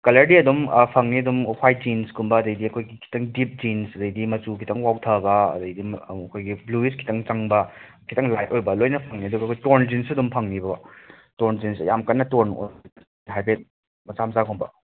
ꯀꯂꯔꯗꯤ ꯑꯗꯨꯝ ꯐꯪꯏ ꯑꯗꯨꯝ ꯍ꯭ꯋꯥꯏ꯭ꯠ ꯖꯤꯟ꯭ꯁꯀꯨꯝꯕ ꯑꯗꯩꯗꯤ ꯑꯩꯈꯣꯏꯒꯤ ꯈꯤꯇꯪ ꯗꯤꯞ ꯖꯤꯟ꯭ꯁ ꯑꯗꯩꯗꯤ ꯃꯆꯨ ꯈꯤꯇꯪ ꯋꯥꯎꯊꯕ ꯑꯗꯩꯗꯤ ꯑꯩꯈꯣꯏꯒꯤ ꯕ꯭ꯂꯨꯋꯤꯁ ꯈꯤꯇꯪ ꯆꯪꯕ ꯈꯤꯇꯪ ꯂꯥꯏ꯭ꯠ ꯑꯣꯏꯕ ꯂꯣꯏꯅ ꯐꯪꯏ ꯑꯗꯨꯒ ꯑꯩꯈꯣꯏ ꯇꯣꯔ꯭ꯟ ꯖꯤꯟ꯭ꯁꯁꯨ ꯑꯗꯨꯝ ꯐꯪꯅꯤꯕꯀꯣ ꯇꯣꯔ꯭ꯟ ꯖꯤꯟ꯭ꯁ ꯌꯥꯝ ꯀꯟꯅ ꯇꯣꯔ꯭ꯟ ꯑꯣꯏꯗꯕ ꯍꯥꯏꯐꯦꯠ ꯃꯆꯥ ꯃꯆꯥꯒꯨꯝꯕ